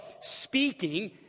speaking